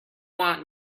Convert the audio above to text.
want